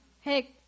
Hey